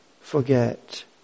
forget